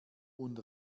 und